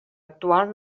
actual